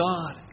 God